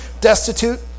Destitute